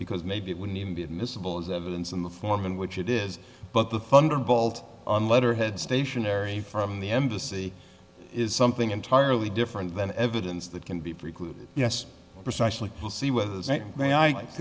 because maybe it wouldn't even be admissible as evidence in the form in which it is but the funder balt on letterhead stationary from the embassy is something entirely different than evidence that can be precluded yes precisely we'll see whether the way i